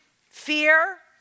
fear